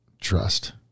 trust